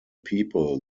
people